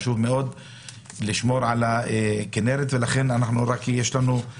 יש לנו כמה